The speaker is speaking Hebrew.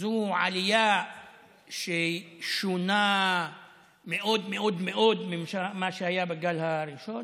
זו עלייה ששונה מאוד מאוד מאוד ממה שהיה בגל הראשון?